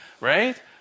right